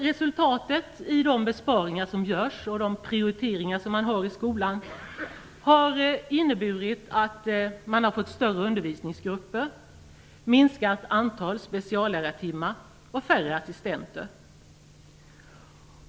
Resultatet av de besparingar som görs och de prioriteringar som man gör i skolan har inneburit större undervisningsgrupper, minskat antal speciallärartimmar och färre assistenter.